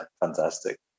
fantastic